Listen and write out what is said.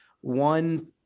one